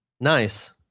Nice